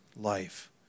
life